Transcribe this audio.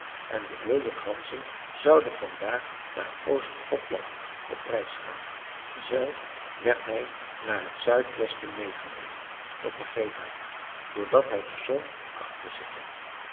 en de wilde ganzen zouden vandaag naar oost gothland op reis gaan zelfs werd hij naar het zuidwesten meêgenomen dat begreep hij doordat hij de zon achter zich had